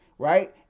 Right